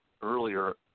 Earlier